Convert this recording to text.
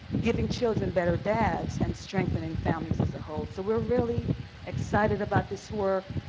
giving children better dads and strengthening families as a whole. so we're really excited about this work.